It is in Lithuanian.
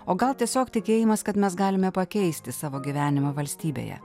o gal tiesiog tikėjimas kad mes galime pakeisti savo gyvenimą valstybėje